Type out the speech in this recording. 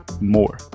more